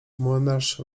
młynarz